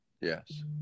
Yes